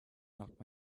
not